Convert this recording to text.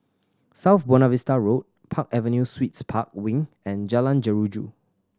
South Buona Vista Road Park Avenue Suites Park Wing and Jalan Jeruju